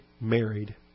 married